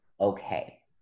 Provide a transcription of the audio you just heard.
okay